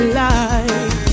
life